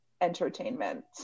entertainment